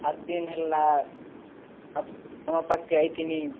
ସାତଦିନ ହେଲା ଆପଣ ପାଖକେ ଆଇଥିନି